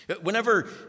Whenever